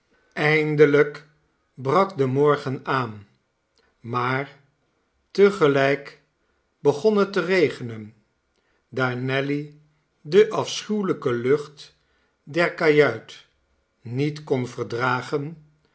eindelijk brak de morgen aan maar te gelijk begon het te regenen daar nelly de afschuwelijke lucht der kajuit niet kon verdragen